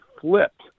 flipped